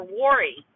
worry